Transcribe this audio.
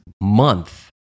month